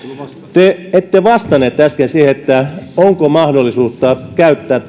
te ette vastannut äsken siihen onko mahdollisuutta käyttää